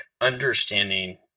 understanding